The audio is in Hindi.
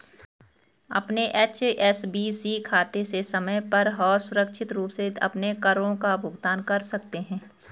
अपने एच.एस.बी.सी खाते से समय पर और सुरक्षित रूप से अपने करों का भुगतान कर सकते हैं